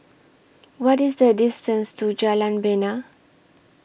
What IS The distance to Jalan Bena